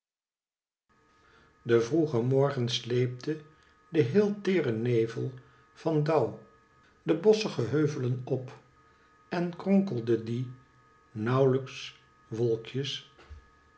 de vroege morgen sleepte den heel teeren nevel van dauw de bosschige heuvelen op en kronkelde dien nauwlijks wolkje